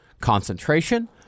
concentration